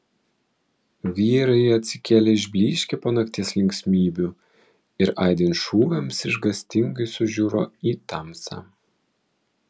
vyrai atsikėlė išblyškę po nakties linksmybių ir aidint šūviams išgąstingai sužiuro į tamsą